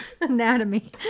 anatomy